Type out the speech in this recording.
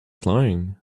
flying